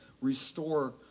restore